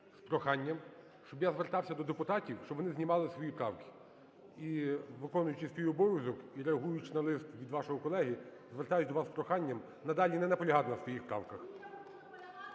з проханням, щоб я звертався до депутатів, щоб вони знімали свої правки. І, виконуючи свій обов'язок і реагуючи на лист від вашого колеги, звертаюсь до вас з проханням надалі не наполягати на своїх правках.